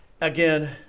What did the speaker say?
again